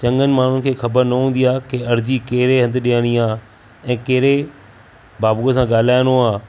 चङनि माण्हुनि खे ख़बर न हूंदी आहे कि अर्ज़ी कहिड़े हंधु डि॒यणी आहे ऐं कहिड़े बाबूअ सा ॻाल्हाइणो आहे